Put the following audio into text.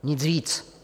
Nic víc.